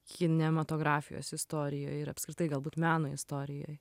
kinematografijos istorijoj ir apskritai galbūt meno istorijoj